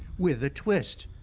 with a twist.